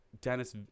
Dennis